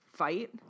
fight